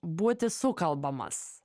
būti sukalbamas